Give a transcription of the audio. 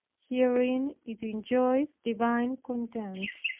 herein it enjoys divine content,